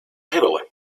heavily